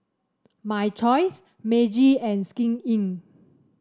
My Choice Meiji and Skin Inc